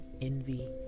envy